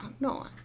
no